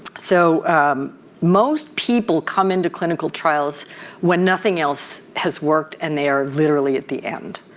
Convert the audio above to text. so most people come into clinical trials when nothing else has worked and they are literally at the end.